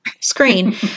screen